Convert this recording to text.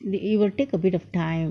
but it will take a bit of time